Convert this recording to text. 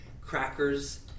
crackers